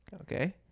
Okay